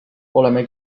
oleme